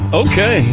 okay